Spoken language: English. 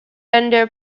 under